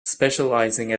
specialising